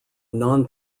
non